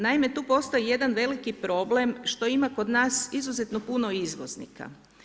Naime, tu postoji jedan veliki problem što ima kod nas izuzetno puno izvoznika.